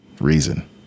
Reason